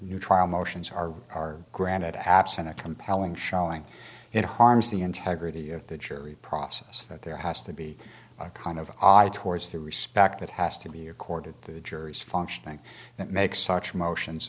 new trial motions are are granted absent a compelling showing it harms the integrity of the jury process that there has to be a kind of odd towards the respect that has to be your court at the jury's functioning that makes such motions